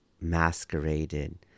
masqueraded